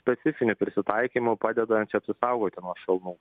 specifinių prisitaikymų padedančių apsisaugoti nuo šalnų